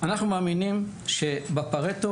אנחנו מאמינים שבפארטו,